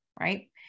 right